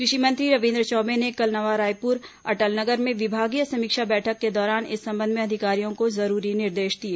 कृषि मंत्री रविन्द्र चौबे ने कल नवा रायपुर अटल नगर में विभागीय समीक्षा बैठक के दौरान इस संबंध में अधिकारियों को जरूरी निर्देश दिए